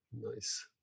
nice